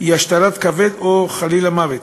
היא השתלת כבד, או חלילה מוות,